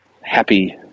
happy